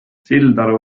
sildaru